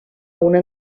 una